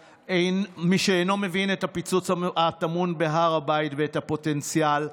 מי שאינו מבין את הפיצוץ הטמון בהר הבית ואת הפוטנציאל,